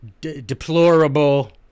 deplorable